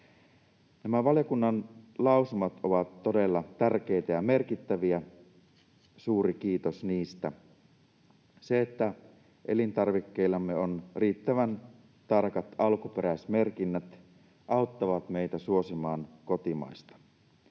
Nämä valiokunnan lausumat ovat todella tärkeitä ja merkittäviä — suuri kiitos niistä. Se, että elintarvikkeillamme on riittävän tarkat alkuperäismerkinnät, auttaa meitä suosimaan kotimaista.